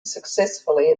successfully